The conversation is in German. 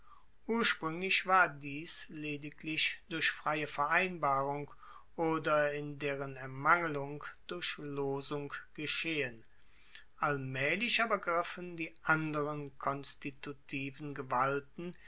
urspruenglich war dies lediglich durch freie vereinbarung oder in deren ermangelung durch losung geschehen allmaehlich aber griffen die anderen konstitutiven gewalten